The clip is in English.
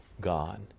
God